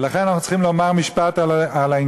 ולכן אנחנו צריכים לומר משפט על העניין.